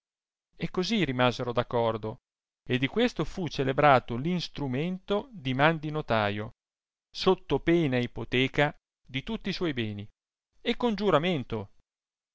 e così rimasero d acordo e di questo fu celebrato l instrumento di man di notaio sotto pena e ipoteca di tutti i suoi beni e con giuramento